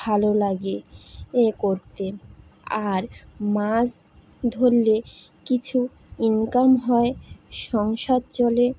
ভালো লাগে এ করতে আর মাছ ধরলে কিছু ইনকাম হয় সংসার চলে